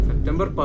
September